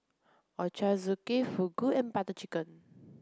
Ochazuke Fugu and Butter Chicken